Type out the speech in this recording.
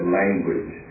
language